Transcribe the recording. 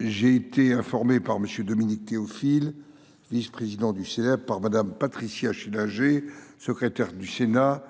j’ai été informé par M. Dominique Théophile, vice président du Sénat, et par Mme Patricia Schillinger, secrétaire du Sénat,